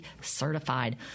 certified